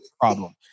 problem